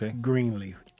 Greenleaf